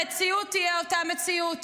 המציאות תהיה אותה מציאות.